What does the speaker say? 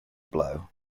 blow